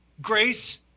Grace